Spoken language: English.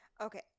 okay